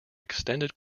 extended